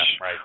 right